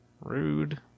Rude